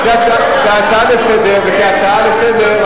זאת הצעה לסדר-היום וכהצעה לסדר-היום,